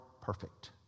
perfect